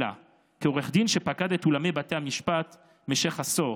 אלא כעורך דין שפקד את אולמי בתי המשפט במשך עשור